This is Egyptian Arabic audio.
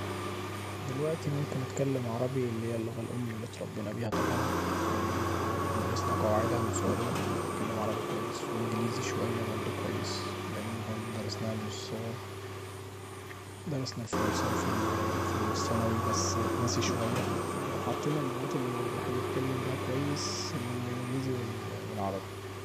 دلوقتي ممكن أتكلم عربي اللي هي اللغة الأم اللي اتربينا بيها طبعا ودرسنا قواعدها من صغرنا فبتكلم عربي كويس وانجليزي شويه برضو كويس لأن درسناها من الصغر، درسنا الفرنساوي في الثانوي بس بيتنسي شويه، فلو حطينا اللغات اللي الواحد بيتكلم بيها كويس، الأنجليزي والعربي.